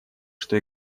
что